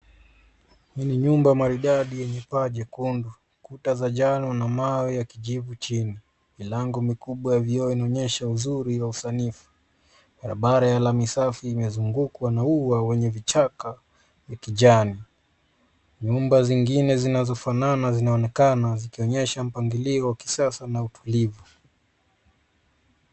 Hii ni nyumba maridadi yenye paa jekundu, kuta za njano na mawe ya kijivu chini. Milango mikubwa ya vioo inaonyesha uzuri wa usanifu. Barabara ya lami safi imezungukwa na ua wenye vichaka ya kijani. Nyumba zingine zinazofanana zinaonekana zikionyesha mpangilio wa kisasa na utulivu.